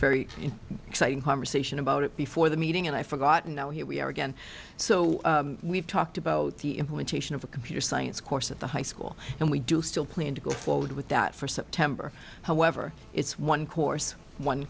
very exciting harmer sation about it before the meeting and i forgot and now here we are again so we've talked about the implementation of a computer science course at the high school and we do still plan to go forward with that for september however it's one course one